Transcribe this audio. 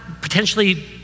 potentially